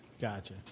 Gotcha